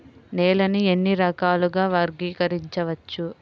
నేలని ఎన్ని రకాలుగా వర్గీకరించవచ్చు?